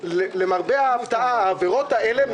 לנסות לפתח דיאלוג שנביא את זה לישיבה נוספת,